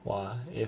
!wah! if